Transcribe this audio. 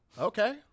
Okay